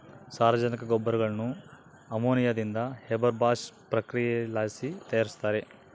ಸಾರಜನಕ ಗೊಬ್ಬರಗುಳ್ನ ಅಮೋನಿಯಾದಿಂದ ಹೇಬರ್ ಬಾಷ್ ಪ್ರಕ್ರಿಯೆಲಾಸಿ ತಯಾರಿಸ್ತಾರ